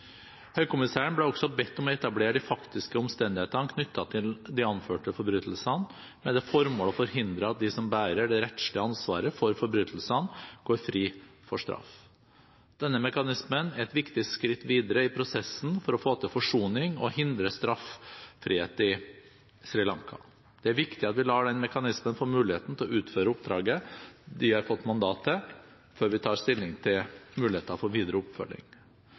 Høykommissæren ble også bedt om å etablere de faktiske omstendighetene knyttet til de anførte forbrytelsene, med det formål å forhindre at de som bærer det rettslige ansvaret for forbrytelsene, går fri for straff. Denne mekanismen er et viktig skritt videre i prosessen for å få til forsoning og hindre straffefrihet i Sri Lanka. Det er viktig at vi lar den mekanismen få muligheten til å utføre oppdraget de har fått mandat til, før vi tar stilling til muligheter for videre oppfølging.